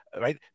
right